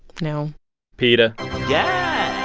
no peta yeah,